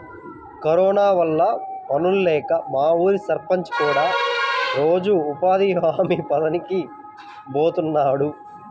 corona వల్ల పనుల్లేక మా ఊరి సర్పంచ్ కూడా రోజూ ఉపాధి హామీ పనికి బోతన్నాడు